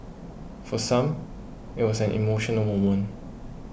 for some it was an emotional moment